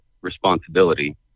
responsibility